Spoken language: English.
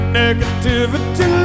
negativity